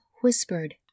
whispered